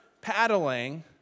paddling